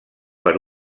per